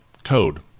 Code